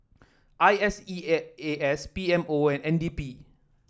I S E A A S P M O and N D P